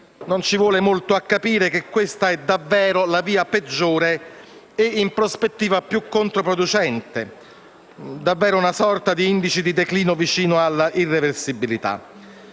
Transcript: Non ci vuole molto a capire che questa è davvero la via peggiore e, in prospettiva, più controproducente. Si tratta davvero di una sorta di indice di declino vicino alla irreversibilità.